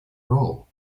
role